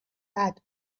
بعد